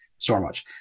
Stormwatch